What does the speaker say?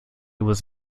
was